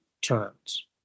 turns